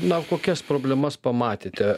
na kokias problemas pamatėte